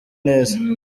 neza